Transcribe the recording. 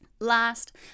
Last